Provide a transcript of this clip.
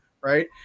right